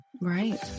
Right